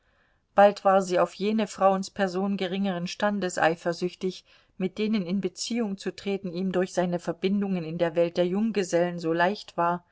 bald war sie auf jene frauenspersonen geringeren standes eifersüchtig mit denen in beziehung zu treten ihm durch seine verbindungen in der welt der junggesellen so leicht war